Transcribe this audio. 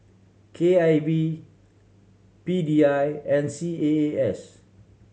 K I V P D I and C A A S